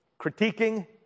critiquing